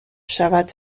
شود